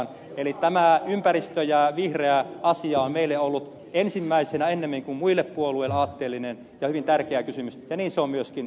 eli tämä ympäristö ja vihreä asia on meille ollut ensimmäisenä ennemmin kuin muille puolueille aatteellinen ja hyvin tärkeä kysymys ja niin se on myöskin tulevaisuudessa